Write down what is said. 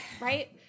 right